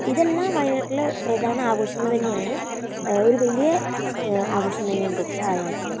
ഇതെല്ലാം വയനാട്ടിൽ പ്രധാന ആഘോഷങ്ങൾ തന്നെയാണ് ഒരു വലിയ ആഘോഷം തന്നെയാണിതൊക്കെ വയനാട്ടിലെ